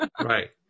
Right